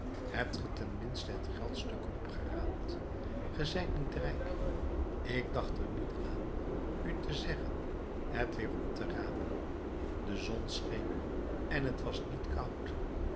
hebt ge ten minste het geldstuk opgeraapt ge zijt niet rijk ik dacht er niet aan u te zeggen het weer op te rapen de zon scheen en t was niet koud